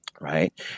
Right